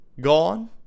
gone